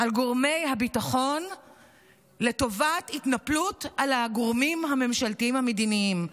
גורמי הביטחון לטובת התנפלות על הגורמים הממשלתיים המדיניים.